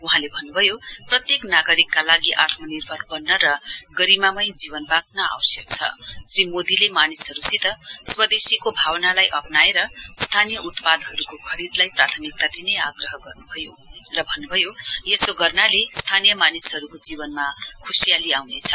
वहाँले भन्नुभयो प्रत्येक नागरिकका लागि आत्मनिर्भर वन्न र गरिमामय जीवन वाँच्न आवश्यक छ श्री मोदीले मानिसहरुसित स्वदेशीको भावनालाई अप्राएर स्थानीय उत्पादहरुको खरीदलाई प्राथमिकता दिने आग्रह गर्नुभयो र भन्नुभयो यसो गर्नाले स्थानीय मानिसहरुको जीवनमा खुशीयाली आउनेछ